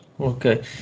Okay